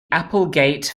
applegate